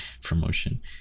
promotion